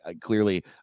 clearly